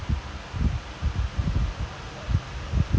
oh my god I mean you won't know until you do lah but